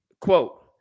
quote